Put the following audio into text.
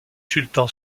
sultan